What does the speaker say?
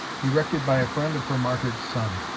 erected by a friend of her martyred son.